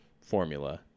formula